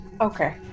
Okay